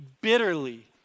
bitterly